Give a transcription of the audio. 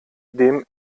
dem